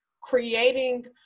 creating